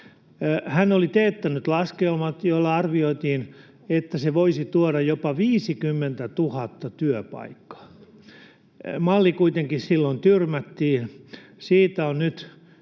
Hän oli teettänyt laskelmat, joista arviointiin, että se voisi tuoda jopa 50 000 työpaikkaa. Malli kuitenkin silloin tyrmättiin. Siitä on nyt